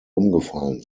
umgefallen